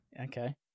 Okay